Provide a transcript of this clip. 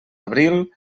abril